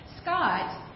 Scott